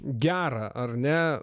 gerą ar ne